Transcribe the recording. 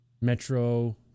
Metro